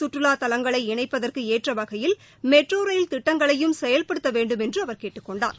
சுற்றுலா தலங்களை இணைப்பதற்கு ஏற்ற வகையில் மெட்ரோ ரயில் திட்டங்களையும் செயல்படுத்த வேண்டுமென்று அவர் கேட்டுக் கொண்டார்